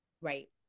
Right